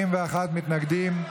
41 מתנגדים.